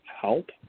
help